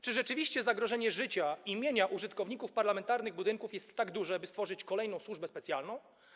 Czy rzeczywiście zagrożenie życia i mienia użytkowników parlamentarnych budynków jest tak duże, aby tworzyć kolejną służbę specjalną?